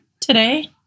today